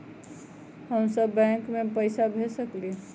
हम सब बैंक में पैसा भेज सकली ह?